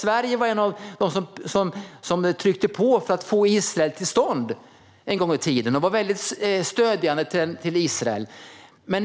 Sverige var ett av de länder som tryckte på för att få Israel till stånd en gång i tiden och var väldigt stödjande till Israel.